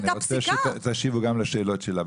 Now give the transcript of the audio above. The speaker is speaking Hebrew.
אני מבקש שתשיבו גם לשאלות שלה.